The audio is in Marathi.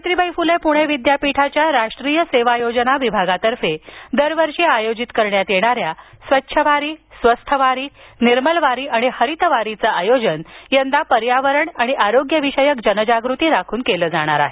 सावित्रीबाई फ्ले प्णे विद्यापीठाच्या राष्ट्रीय सेवा योजना विभागातर्फे दरवर्षी आयोजित करण्यात येणाऱ्या स्वच्छ वारी स्वस्थ वारी निर्मल वारी हरित वारीचं आयोजन यंदा पर्यावरण आणि आरोग्य विषयक जनजागृती राखून केलं जाणार आहे